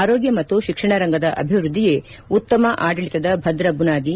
ಆರೋಗ್ಯ ಮತ್ತು ಶಿಕ್ಷಣ ರಂಗದ ಅಭಿವೃದ್ದಿಯೆ ಉತ್ತಮ ಆಡಳಿತದ ಭದ್ರ ಬುನಾದಿ